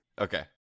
Okay